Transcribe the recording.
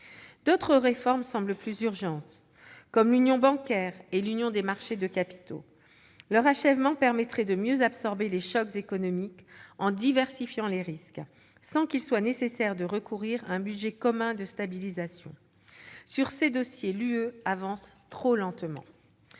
D'autres réformes semblent plus urgentes, comme l'achèvement de l'union bancaire et de l'union des marchés de capitaux. Cela permettrait de mieux absorber les chocs économiques en diversifiant les risques, sans qu'il soit nécessaire de recourir à un budget commun de stabilisation. Sur ces dossiers, l'Union européenne